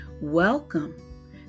Welcome